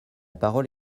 parole